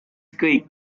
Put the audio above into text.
kõik